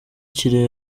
kirehe